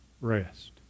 Rest